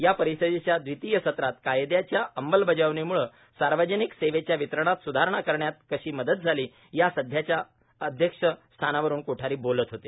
या परिषदेच्या दवितीय सत्रात कायदयाच्या अंमलबजावणीमुळे सार्वजनिक सेवेच्या वितरणात सुधारणा करण्यात कशी मदत झाली या सत्राच्या अध्यक्ष स्थानावरून कोठारी बोलत होते